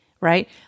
right